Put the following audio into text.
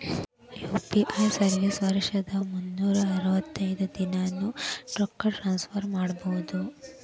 UPI service ವರ್ಷದ್ ಮುನ್ನೂರ್ ಅರವತ್ತೈದ ದಿನಾನೂ ರೊಕ್ಕ ಟ್ರಾನ್ಸ್ಫರ್ ಮಾಡ್ಬಹುದು